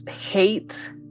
hate